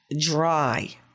dry